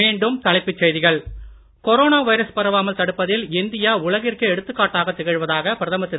மீண்டும் தலைப்புச் செய்திகள் கொரோனா வைரஸ் பரவாமல் தடுப்பதில் இந்தியா உலகிற்கே எடுத்துக்காட்டாகத் திகழ்வதாக பிரதமர் திரு